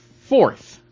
fourth